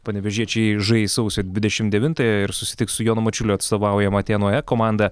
panevėžiečiai žais sausio dvidešim devintąją ir susitiks su jono mačiulio atstovaujama atėnų e komanda